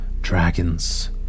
dragons